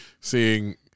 seeing